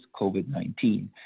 COVID-19